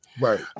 Right